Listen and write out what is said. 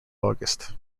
august